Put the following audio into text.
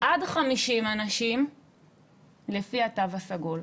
עד 50 אנשים לפי התו הסגול.